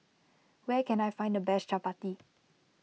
where can I find the best Chappati